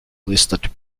listed